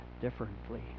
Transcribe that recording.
differently